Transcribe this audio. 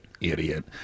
Idiot